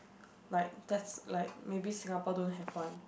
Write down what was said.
like that's like maybe Singapore don't have one